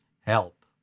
help